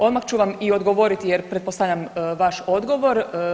Odmah ću vam i odgovoriti jer pretpostavljam vaš odgovor.